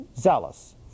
Zealous